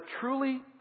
truly